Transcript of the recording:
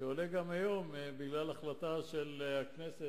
שעולה גם היום בגלל החלטה של הכנסת